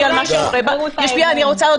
על מה שקורה בה --- את יכולה לא להצביע על החוק הזה.